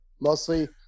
mostly